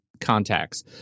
contacts